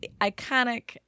Iconic